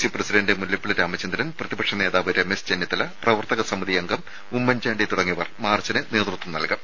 C president Mullappally Ramachandran പ്രതിപക്ഷനേതാവ് രമേശ് ചെന്നിത്തല പ്രവർത്തകസമിതി അംഗം ഉമ്മൻചാണ്ടി തുടങ്ങിയവർ മാർച്ചിന് നേത്വത്വം നൽകും